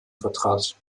vertrat